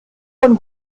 von